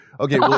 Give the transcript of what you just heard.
Okay